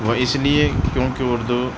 وہ اِس لیے کیونکہ اُردو